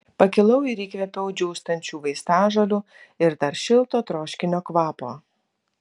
pakilau ir įkvėpiau džiūstančių vaistažolių ir dar šilto troškinio kvapo